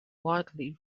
widely